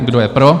Kdo je pro?